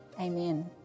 Amen